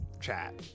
chat